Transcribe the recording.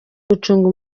gucunga